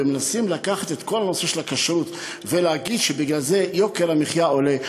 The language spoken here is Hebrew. ומנסים לקחת את כל הנושא של הכשרות ולהגיד שבגלל זה יוקר המחיה עולה.